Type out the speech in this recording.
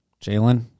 Jalen